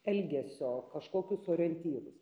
elgesio kažkokius orientyrus